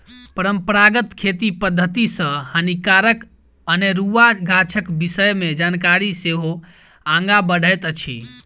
परंपरागत खेती पद्धति सॅ हानिकारक अनेरुआ गाछक विषय मे जानकारी सेहो आगाँ बढ़ैत अछि